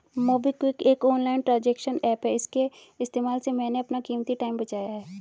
MobiKwik एक online transaction app है इसके इस्तेमाल से मैंने अपना कीमती टाइम बचाया है